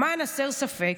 למען הסר ספק,